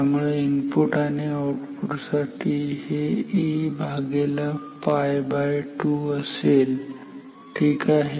त्यामुळे इनपुट आणि आऊटपुट साठी हे 𝐴𝜋2 असेल ठीक आहे